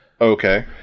Okay